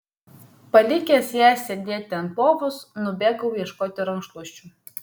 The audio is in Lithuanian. palikęs ją sėdėti ant lovos nubėgau ieškoti rankšluosčių